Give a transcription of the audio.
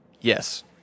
Yes